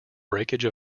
breakage